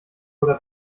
oder